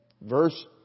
verse